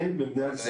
אין במדינת ישראל.